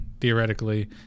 theoretically